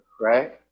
Right